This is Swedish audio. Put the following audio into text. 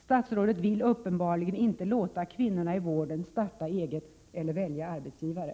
Statsrådet vill uppenbarligen inte låta kvinnorna i vården starta eget eller välja arbetsgivare.